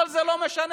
כל זה לא משנה.